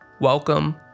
Welcome